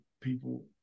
people